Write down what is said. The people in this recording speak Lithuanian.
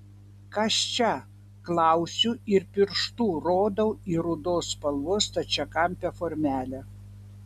kas čia klausiu ir pirštu rodau į rudos spalvos stačiakampę formelę